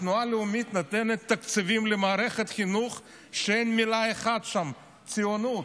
התנועה הלאומית נותנת תקציבים למערכת חינוך שאין בה מילה אחת: ציונות.